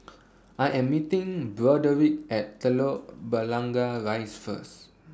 I Am meeting Broderick At Telok Blangah Rise First